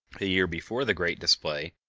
a year before the great display,